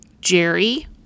Jerry